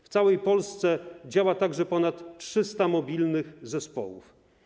W całej Polsce działa także ponad 300 mobilnych zespołów.